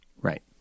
Right